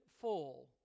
full